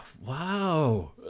Wow